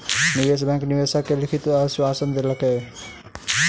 निवेश बैंक निवेशक के लिखित आश्वासन देलकै